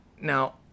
now